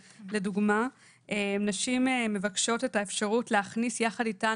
לדוגמא: נשים מבקשות להכניס יחד איתן